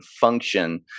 function